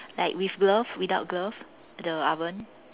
like with glove without glove the oven